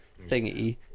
thingy